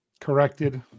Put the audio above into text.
Corrected